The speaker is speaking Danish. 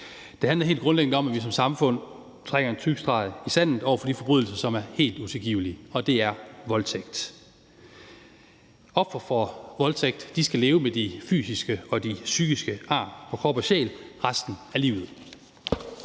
Det handler helt grundlæggende om, at vi som samfund trækker en tyk streg i sandet over for de forbrydelser, som er helt utilgivelige, og det er voldtægt. Ofre for voldtægt skal leve med de fysiske og de psykiske ar på krop og sjæl resten af livet.